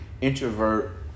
introvert